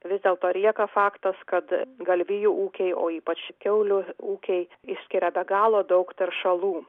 vis dėlto lieka faktas kad galvijų ūkiai o ypač kiaulių ūkiai išskiria be galo daug teršalų